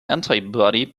antibody